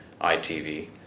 ITV